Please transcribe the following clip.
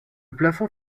plafond